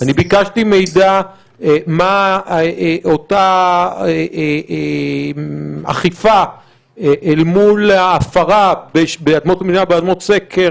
ביקשתי מידע על אותה אכיפה אל מול ההפרה באדמות המינהל ובאדמות סקר,